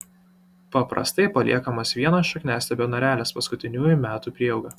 paprastai paliekamas vienas šakniastiebio narelis paskutiniųjų metų prieauga